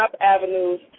avenues